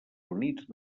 units